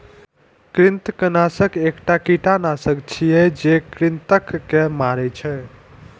कृंतकनाशक एकटा कीटनाशक छियै, जे कृंतक के मारै छै